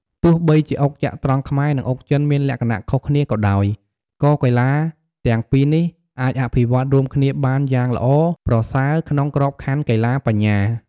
ទោះបីជាអុកចត្រង្គខ្មែរ និងអុកចិនមានលក្ខណៈខុសគ្នាក៏ដោយ ក៏កីឡាទាំងពីរនេះអាចអភិវឌ្ឍន៍រួមគ្នាបានយ៉ាងល្អប្រសើរក្នុងក្របខ័ណ្ឌកីឡាបញ្ញា។